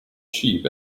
sheep